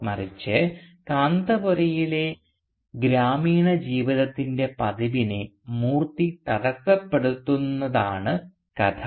മറിച്ച് കാന്തപുരയിലെ ഗ്രാമീണ ജീവിതത്തിൻറെ പതിവിനെ മൂർത്തി തടസ്സപ്പെടുത്തുന്നതാണ് കഥ